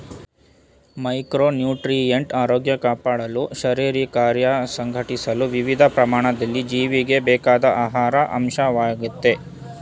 micronutrient ಆರೋಗ್ಯ ಕಾಪಾಡಲು ಶಾರೀರಿಕಕಾರ್ಯ ಸಂಘಟಿಸಲು ವಿವಿಧ ಪ್ರಮಾಣದಲ್ಲಿ ಜೀವಿಗೆ ಬೇಕಾದ ಆಹಾರ ಅಂಶವಾಗಯ್ತೆ